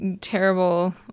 terrible